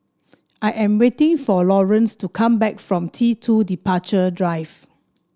I am waiting for Laurance to come back from T two Departure Drive